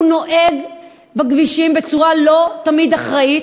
הוא נוהג בכבישים בצורה לא תמיד אחראית,